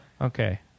Okay